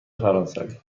فرانسوی